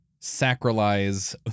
sacralize